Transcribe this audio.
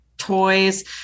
toys